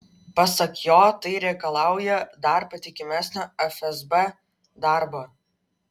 pasak jo tai reikalauja dar patikimesnio fsb darbo